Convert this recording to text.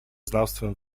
znawstwem